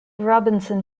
robinson